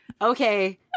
okay